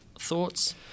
Thoughts